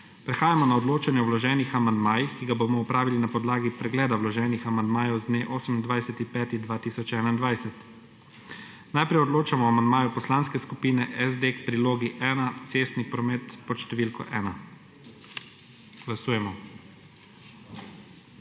Prehajamo na odločanje o vloženih amandmajih, ki ga bomo opravili na podlagi pregleda vloženih amandmajev z dne 28. 5. 2021. Najprej odločamo o amandmaju Poslanske skupine SD k prilogi 1. cestni promet pod številko 1. 64.